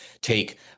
take